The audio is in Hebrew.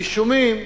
רישומים,